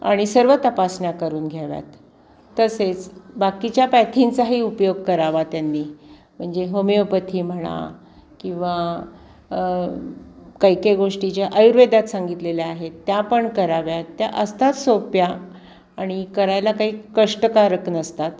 आणि सर्व तपासण्या करून घ्याव्यात तसेच बाकीच्या पॅथींचाही उपयोग करावा त्यांनी म्हणजे होमिओपथी म्हणा किंवा काही काही गोष्टी ज्या आयुर्वेदात सांगितलेल्या आहेत त्या पण कराव्यात त्या असतात सोप्या आणि करायला काही कष्टकारक नसतात